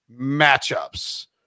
matchups